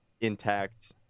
intact